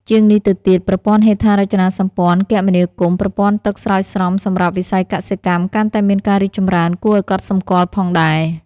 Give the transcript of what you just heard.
ជាងនេះទៅទៀត ប្រពន្ធ័ហេដ្ឋារចនាសម្ពន្ធ័ គមនាគមន៏ ប្រពន្ធ័ទឹកស្រោចស្រពសំរាប់ វិស៍យកសិកម្ម កាន់តែមានការីកចំរើន គួរអោយកត់សំគាល់ផងដែរ ។